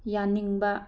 ꯌꯥꯅꯤꯡꯕ